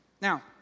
Now